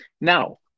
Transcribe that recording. Now